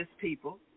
people